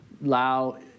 Lao